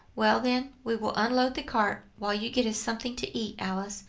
well, then, we will unload the cart, while you get us something to eat, alice,